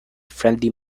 friendly